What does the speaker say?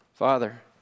Father